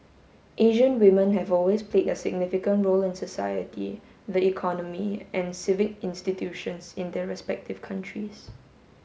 Asian women have always played a significant role in society the economy and civic institutions in their respective countries